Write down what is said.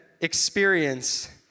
experience